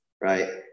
right